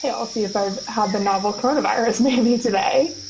yeah i'll see if i had the novel corona virus maybe today